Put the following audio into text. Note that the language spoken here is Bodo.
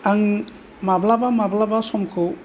आं माब्लाबा माब्लाबा समखौ